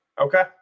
Okay